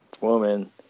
woman